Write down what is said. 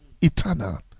eternal